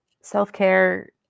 self-care